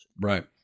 Right